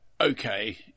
okay